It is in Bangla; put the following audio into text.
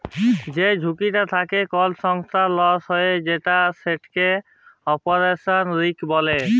যে ঝুঁকিটা থ্যাকে কল সংস্থার লস হঁয়ে যায় সেটকে অপারেশলাল রিস্ক ব্যলে